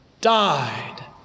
died